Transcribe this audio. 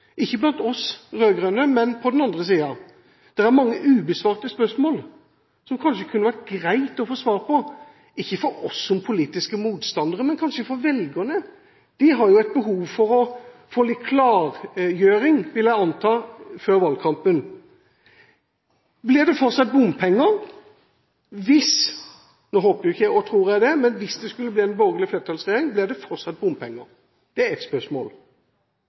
ikke blant oss rød-grønne, men på den andre siden. Det er mange ubesvarte spørsmål som det kanskje kunne vært greit å få svar på, ikke for oss som politiske motstandere, men kanskje for velgerne. De har et behov for å få litt klargjøring – vil jeg anta – før valgkampen. Blir det fortsatt bompenger – hvis det skulle bli en borgerlig flertallsregjering, jeg håper og tror ikke det, blir det fortsatt bompenger? Det er ett spørsmål.